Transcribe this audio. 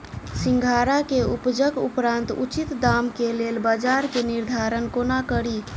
सिंघाड़ा केँ उपजक उपरांत उचित दाम केँ लेल बजार केँ निर्धारण कोना कड़ी?